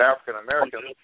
African-Americans